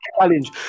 Challenge